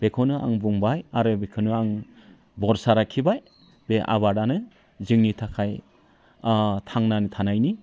बेखौनो आं बुंबाय आरो बेखोनो आं बरसा लाखिबाय बे आबादानो जोंनि थाखाय थांनानै थानायनि